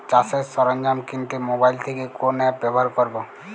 চাষের সরঞ্জাম কিনতে মোবাইল থেকে কোন অ্যাপ ব্যাবহার করব?